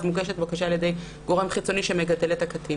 אז מוגשת בקשה על ידי גורם חיצוני שמגדל את הקטין,